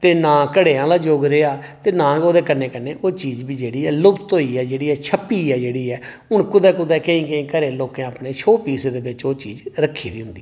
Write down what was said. ते नां घड़ें आह्ला युग रेहा ते नां ओह्दे कन्नै कन्नै जेह्ड़ी ऐ लुप्त होई ऐ छप्पी ऐ जेह्ड़ी ते हून केईं केईं घरें बिच लोकें ओह् चीज शो पीस लेई रक्खी दी होंदी